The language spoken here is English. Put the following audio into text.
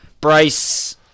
Bryce